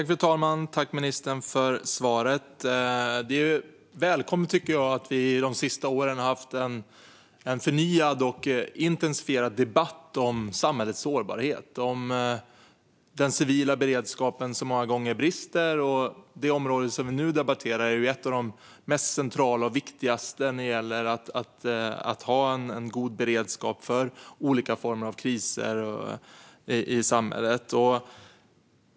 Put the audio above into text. Fru talman! Jag tackar ministern för svaret. Det är välkommet att vi de senaste åren haft en förnyad och intensifierad debatt om samhällets sårbarhet och om den civila beredskapen, som många gånger brister. Det område som vi nu debatterar är ett av de mest centrala och viktigaste när det gäller att ha en god beredskap för olika former av kriser i samhället.